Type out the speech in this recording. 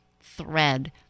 thread